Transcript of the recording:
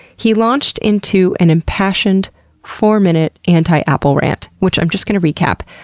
he launched into an impassioned four-minute anti-apple rant, which i'm just gonna recap.